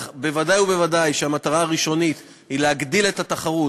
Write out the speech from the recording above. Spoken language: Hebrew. ודאי וודאי שהמטרה הראשונית היא להגדיל את התחרות